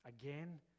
Again